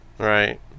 right